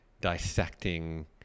dissecting